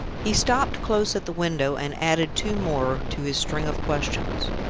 he stopped close at the window, and added two more to his string of questions.